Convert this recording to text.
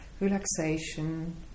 relaxation